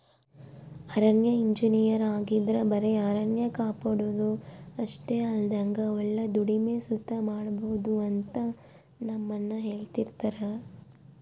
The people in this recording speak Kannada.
ಅರಣ್ಯ ಇಂಜಿನಯರ್ ಆಗಿದ್ರ ಬರೆ ಅರಣ್ಯ ಕಾಪಾಡೋದು ಅಷ್ಟೆ ಅಲ್ದಂಗ ಒಳ್ಳೆ ದುಡಿಮೆ ಸುತ ಮಾಡ್ಬೋದು ಅಂತ ನಮ್ಮಣ್ಣ ಹೆಳ್ತಿರ್ತರ